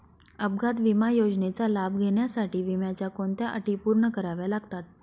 अपघात विमा योजनेचा लाभ घेण्यासाठी विम्याच्या कोणत्या अटी पूर्ण कराव्या लागतात?